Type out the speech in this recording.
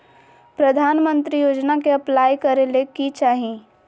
प्रधानमंत्री योजना में अप्लाई करें ले की चाही?